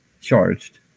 charged